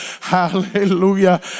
hallelujah